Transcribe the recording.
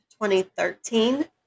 2013